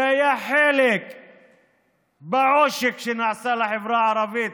שהיה חלק מהעושק שנעשה לחברה הערבית